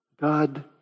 God